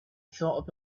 thought